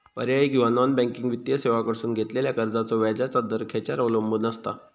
पर्यायी किंवा non banking वित्तीय सेवांकडसून घेतलेल्या कर्जाचो व्याजाचा दर खेच्यार अवलंबून आसता?